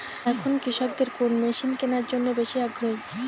এখন কৃষকদের কোন মেশিন কেনার জন্য বেশি আগ্রহী?